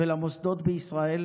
ולמוסדות בישראל,